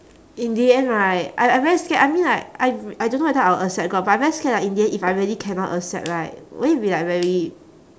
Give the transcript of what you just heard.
in the end right I I very scared I mean like I I don't know whether I will accept god but I very scared like in the end if I really cannot accept right will it be like very